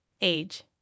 Age